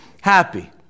happy